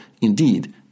Indeed